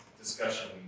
discussion